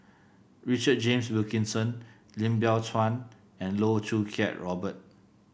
Richard James Wilkinson Lim Biow Chuan and Loh Choo Kiat Robert